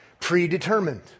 predetermined